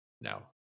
no